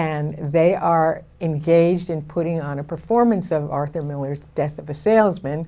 and they are engaged in putting on a performance of arthur miller's death of a salesman